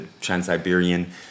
Trans-Siberian